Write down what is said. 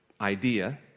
idea